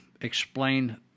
explain